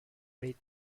rate